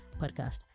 podcast